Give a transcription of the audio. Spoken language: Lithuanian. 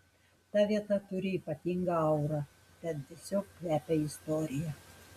ta vieta turi ypatingą aurą ten tiesiog kvepia istorija